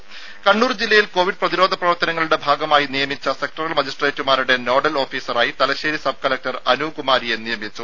രുര കണ്ണൂർ ജില്ലയിൽ കോവിഡ് പ്രതിരോധ പ്രവർത്തനങ്ങളുടെ ഭാഗമായി നിയമിച്ച സെക്ടറൽ മജിസ്ട്രറ്റുമാരുടെ നോഡൽ ഓഫീസറായി തലശ്ശേരി സബ് കലക്ടർ അനു കുമാരിയെ നിയമിച്ചു